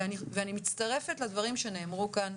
אני מצטרפת לדברים שנאמרו כאן: